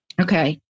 Okay